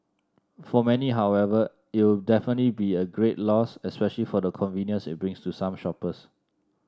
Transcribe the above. for many however it'll definitely be a great loss especially for the convenience it brings to some shoppers